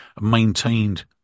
maintained